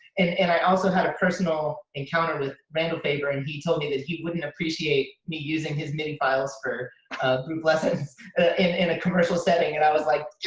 and and i also had a personal encounter with randall faber and he told me that he wouldn't appreciate me using his midi files for group lessons in a commercial setting and i was like